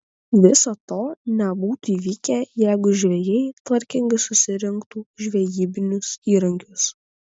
viso to nebūtų įvykę jeigu žvejai tvarkingai susirinktų žvejybinius įrankius